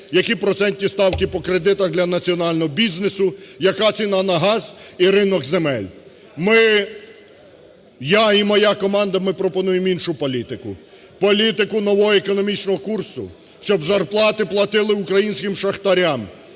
які процентні ставки по кредитах для національного бізнесу, яка ціна на газ і ринок земель. Ми, я і моя команда, ми пропонуємо іншу політику – політику нового економічного курсу: щоб зарплати платили українським шахтарям,